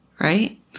right